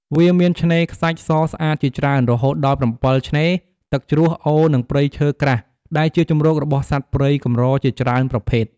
វាមាន ឆ្នេរខ្សាច់សស្អាតជាច្រើន រហូតដល់ ៧ ឆ្នេរ ទឹកជ្រោះ អូរ និងព្រៃឈើក្រាស់ ដែលជាជម្រករបស់សត្វព្រៃកម្រជាច្រើនប្រភេទ។